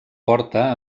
porta